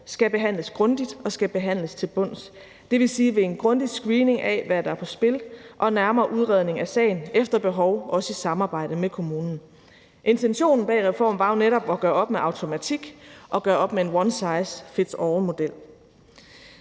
skal behandles grundigt og skal behandles til bunds. Det vil sige ved en grundig screening af, hvad der er på spil, og en nærmere udredning af sagen efter behov, også i samarbejde med kommunen. Intentionen bag reformen var jo netop at gøre op med automatik og gøre op med en one size fits all-model.